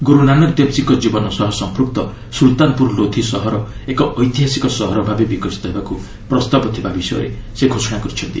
ଗୁରୁ ନାନକ ଦେବଜୀଙ୍କ ଜୀବନ ସହ ସମ୍ପୁକ୍ତ ସୁଲ୍ତାନପୁର ଲୋଧି ସହର ଏକ ଐତିହାସିକ ସହର ଭାବେ ବିକଶିତ ହେବାକୁ ପ୍ରସ୍ତାବ ଥିବା ବିଷୟ ସେ ଘୋଷଣା କରିଛନ୍ତି